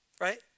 Right